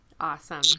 Awesome